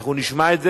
אנחנו נשמע את זה.